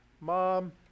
mom